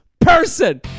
person